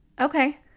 okay